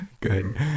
Good